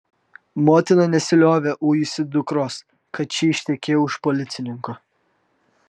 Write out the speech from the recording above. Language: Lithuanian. motina nesiliovė ujusi dukros kad ši ištekėjo už policininko